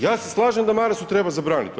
Ja se slažem da Marasu treba zabraniti to.